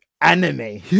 anime